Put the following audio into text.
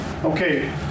Okay